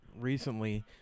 recently